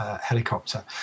Helicopter